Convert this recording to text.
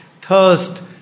thirst